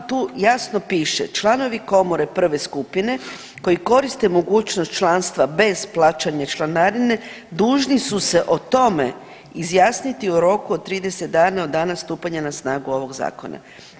Ta, tu jasno piše, članovi komore prve skupine koji koriste mogućnost članstva bez plaćanja članarine dužni su se o tome izjasniti u roku od 30 dana od dana stupanja na snagu ovog zakona.